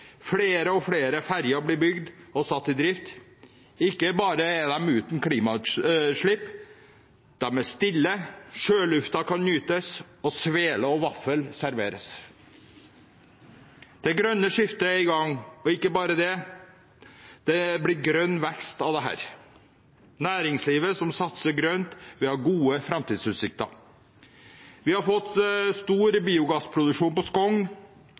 flere og flere ferger blir bygd og satt i drift. Ikke bare er de uten klimagassutslipp, de er også stille, og sjøluften kan nytes og sveler og vafler serveres. Det grønne skiftet er i gang, og ikke bare det: Det blir grønn vekst av dette. Næringsliv som satser grønt, vil ha gode framtidsutsikter. Vi har fått en stor biogassproduksjon på